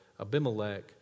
Abimelech